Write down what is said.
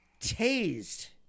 tased